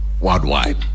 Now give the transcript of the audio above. Worldwide